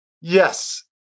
Yes